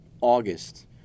August